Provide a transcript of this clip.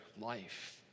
life